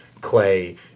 Clay